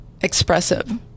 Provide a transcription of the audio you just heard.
expressive